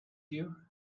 you